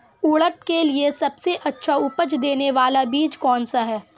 उड़द के लिए सबसे अच्छा उपज देने वाला बीज कौनसा है?